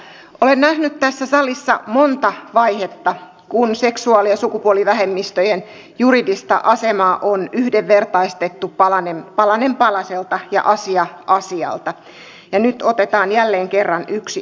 olen nähnyt tässä salissa monta vaihetta kun seksuaali ja sukupuolivähemmistöjen juridista asemaa on yhdenvertaistettu palanen palaselta ja asia asialta ja nyt otetaan jälleen kerran yksi askel